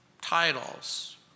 titles